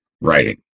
writing